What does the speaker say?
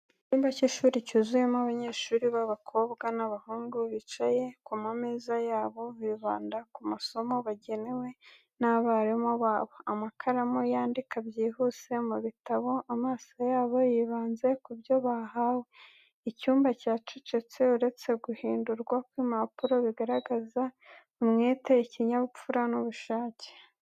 Icyumba cy’ishuri cyuzuyemo abanyeshuri b'abakobwa n'abahungu bicaye ku mameza yabo, bibanda ku masomo bagenewe n'abarimu babo, amakaramu yandika byihuse mu bitabo, amaso yabo yibanze ku byo bahawe. Icyumba cyacecetse uretse guhindurwa kw’impapuro, bigaragaza umwete, ikinyabupfura n'ubushake.